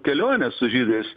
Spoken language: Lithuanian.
kelionė su žydais